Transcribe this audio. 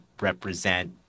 represent